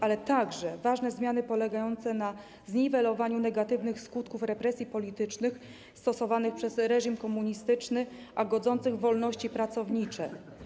Ważne są także zmiany polegające na zniwelowaniu negatywnych skutków represji politycznych stosowanych przez reżim komunistyczny, godzących w wolności pracownicze.